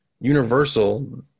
Universal